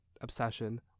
obsession